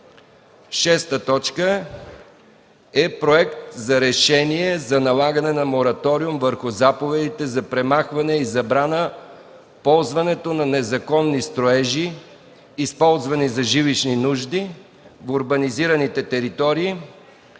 – 14 юни. 6. Проект за Решение за налагане на мораториум върху заповедите за премахване и забрана ползването на незаконни строежи, използвани за жилищни нужди в урбанизираните територии,